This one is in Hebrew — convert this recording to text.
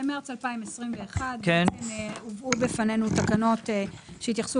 במרץ 2021 הובאו בפנינו תקנות שהתייחסו